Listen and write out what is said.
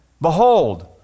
behold